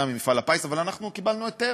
ממפעל הפיס: אבל אנחנו קיבלנו היתר,